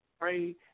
pray